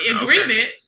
agreement